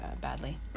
badly